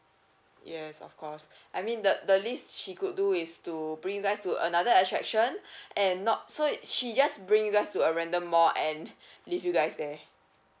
yes of course I mean the the least she could do is to bring you guys to another attraction and not so she just bring you guys to a random mall and leave you guys there